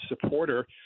supporter